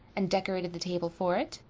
and decorated the table for it.